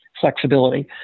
flexibility